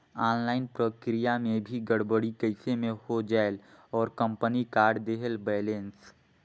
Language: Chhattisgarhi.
ऑनलाइन प्रक्रिया मे भी गड़बड़ी कइसे मे हो जायेल और कंपनी काट देहेल बैलेंस?